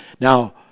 Now